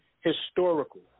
historical